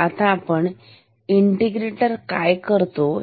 आता आपण इंटिग्रेटर काय करतो हे